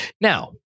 Now